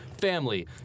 family